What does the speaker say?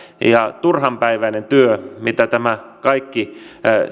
ja turhanpäiväinen työ mitä tämä kaikki